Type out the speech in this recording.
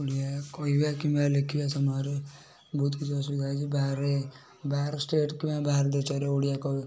ଓଡ଼ିଆ କହିବା କିମ୍ବା ଲେଖିବା ସମୟରେ ବହୁତ କିଛି ଅସୁବିଧା ହୋଇଛି ବାହାରେ ବାହାର ଷ୍ଟେଟ୍ ପାଇଁ ବାହାର ଦେଶରେ ଓଡ଼ିଆ କହୁ